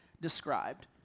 described